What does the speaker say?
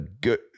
good